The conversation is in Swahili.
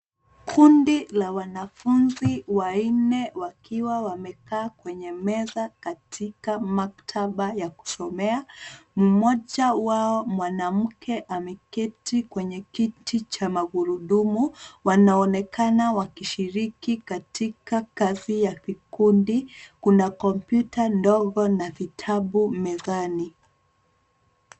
Kundi la wanafunzi wanne wakiwa wamekaa kwenye meza katika maktaba ya kusomea. Mmoja wao mwanamke ameketi kwenye kiti cha magurudumu. Wanaonekana wakishiriki katika kazi ya kikundi. Kuna kompyuta ndogo na vitabu mezani.